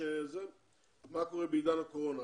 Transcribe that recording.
מה קורה בעידן הקורונה,